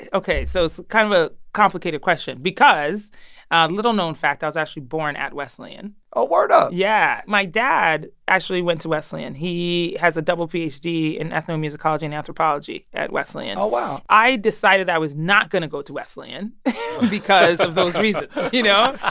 ok, so it's kind of a complicated question because little known fact i was actually born at wesleyan wesleyan oh, word up yeah, my dad actually went to wesleyan. he has a double ph d. in ethnomusicology and anthropology at wesleyan oh, wow i decided i was not going to go to wesleyan because of those reasons, you know?